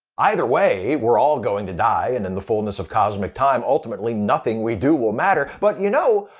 either way, we're all going to die and in the fullness of cosmic time ultimately nothing we do will matter but you know,